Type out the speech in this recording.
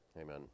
amen